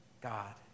God